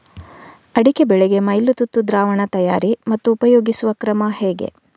ಅಡಿಕೆ ಬೆಳೆಗೆ ಮೈಲುತುತ್ತು ದ್ರಾವಣ ತಯಾರಿ ಮತ್ತು ಉಪಯೋಗಿಸುವ ಕ್ರಮ ಹೇಗೆ?